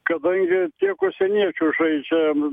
kadangi tiek užsieniečių žaidžia